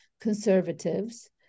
conservatives